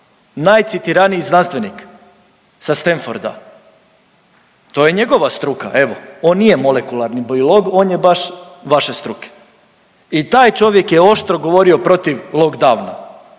najcitiraniji znanstvenik sa Stamforda. To je njegova struka, evo on nije molekularni biolog, on je baš vaše struke i taj čovjek je oštro govorio protiv lockdowna